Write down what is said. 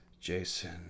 Jason